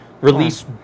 release